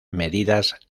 medidas